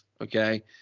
Okay